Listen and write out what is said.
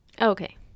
Okay